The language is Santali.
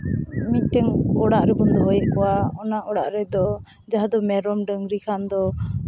ᱢᱤᱫᱴᱮᱱ ᱚᱲᱟᱜ ᱨᱮᱵᱚᱱ ᱫᱚᱦᱚᱭᱮᱜ ᱠᱚᱣᱟ ᱚᱱᱟ ᱚᱲᱟᱜ ᱨᱮᱫᱚ ᱡᱟᱦᱟᱸᱫᱚ ᱢᱮᱨᱚᱢ ᱰᱟᱹᱝᱨᱤ ᱠᱷᱟᱱ ᱫᱚ